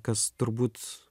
kas turbūt